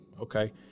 okay